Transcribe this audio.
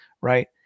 Right